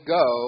go